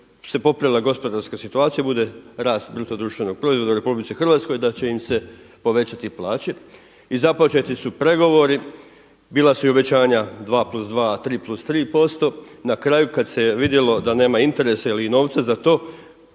bude se popravila gospodarska situacija bude rast bruto društvenog proizvoda u Republici Hrvatskoj, da će im se povećati plaće. I započeti su pregovori. Bila su i obećanja dva plus dva, tri plus tri posto. Na kraju kad se vidjelo da nema interesa ili novca za to